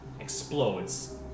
explodes